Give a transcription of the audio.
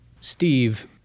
Steve